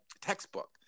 textbook